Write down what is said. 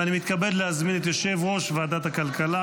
אני מתכבד להזמין את יושב-ראש ועדת הכלכלה